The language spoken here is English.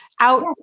out